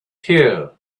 here